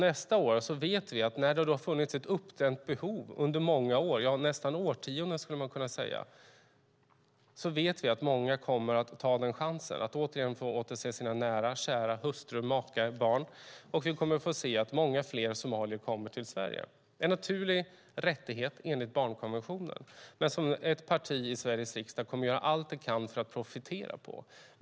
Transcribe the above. Nästa år, när det har funnits ett uppdämt behov under många år, nästan under årtionden, vet vi att många kommer att ta chansen att återigen få återse sina nära och kära, hustrur, makar och barn. Vi kommer att få se att många fler somalier kommer till Sverige. Det är en naturlig rättighet enligt barnkonventionen, men något som ett parti i Sveriges riksdag kommer att göra allt det kan för att profitera på.